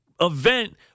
event